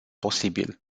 posibil